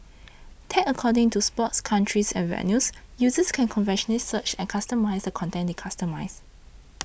tagged according to sports countries and venues users can conveniently search and customise the content they consume